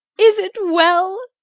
is it well?